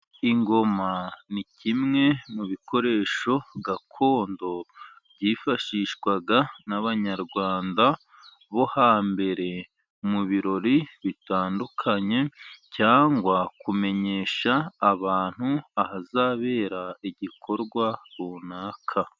Ingoma ni kimwe mu bikoresho gakondo byifashishwaga n'abanyarwanda bo hambere mu birori bitandukanye, cyangwa kumenyesha abantu ahazabera igikorwa runaka.